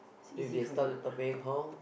if they started